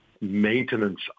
Maintenance